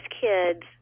kids